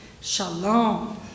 shalom